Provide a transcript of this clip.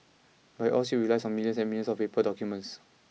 but it all still relies on millions and millions of paper documents